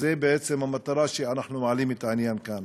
זו בעצם המטרה בהעלאת העניין כאן,